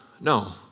no